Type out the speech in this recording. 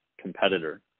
competitor